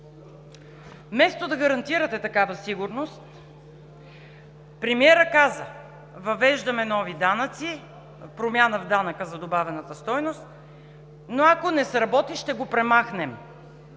Вместо да гарантирате такава сигурност, премиерът каза: „Въвеждаме нови данъци, промяна в данъка за добавената стойност, но ако не сработи, ще го премахнем.“